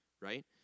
right